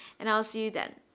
and i'll see you then.